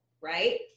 right